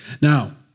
Now